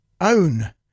Own